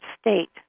state